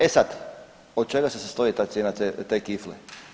E sad od čega se sastoji ta cijena te kifle.